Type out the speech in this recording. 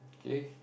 okay